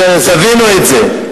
תבינו את זה.